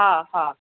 हा हा